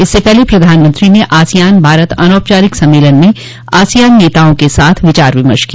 इससे पहले प्रधानमंत्री ने आसियान भारत अनौपचारिक सम्मेलन में आसियान नेताओं के साथ विचार विमर्श किया